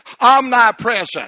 omnipresent